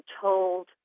told